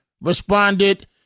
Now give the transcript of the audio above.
responded